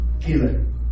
Killer